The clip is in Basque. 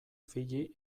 fiji